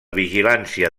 vigilància